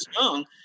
Young